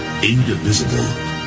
Indivisible